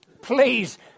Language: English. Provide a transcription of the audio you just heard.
please